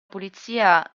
polizia